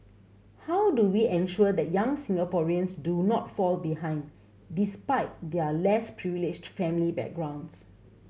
how do we ensure that young Singaporeans do not fall behind despite their less privileged family backgrounds